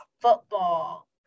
football